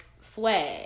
swag